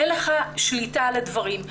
אין לך שליטה על דברים.